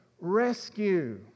rescue